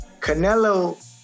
Canelo